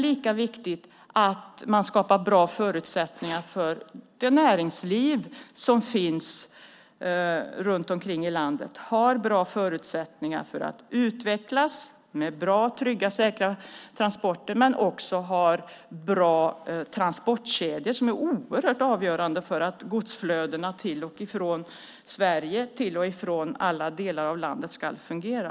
Lika viktigt är det att skapa bra förutsättningar för näringslivet i landet att utvecklas med bra, trygga och säkra transporter och bra transportkedjor. Det är oerhört avgörande för att godsflödena till och från Sverige och mellan alla delar av landet ska fungera.